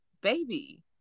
baby